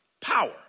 power